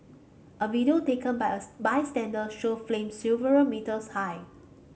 a video taken by a bystander show flames several metres high